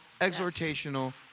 exhortational